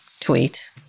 tweet